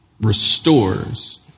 restores